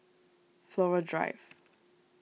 Flora Drive